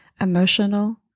emotional